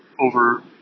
over